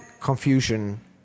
confusion